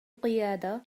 قيادة